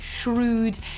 shrewd